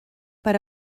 per